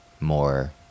more